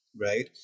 Right